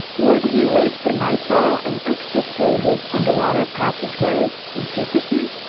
would he wait for nightfall and exit through his underwater passageway in secrecy?